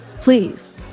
Please